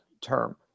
term